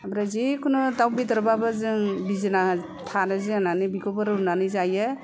ओमफ्राय जेखुनु दाव बेदरब्लाबो जों बिजोना थानो जाया होन्नानै बिखौबो रुनानै जायो